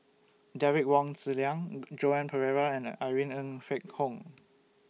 Derek Wong Zi Liang Joan Pereira and Irene Ng Phek Hoong